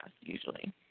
usually